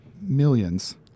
millions